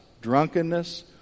drunkenness